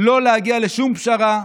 לא להגיע לשום פשרה,